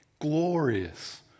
glorious